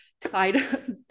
tied